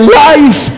life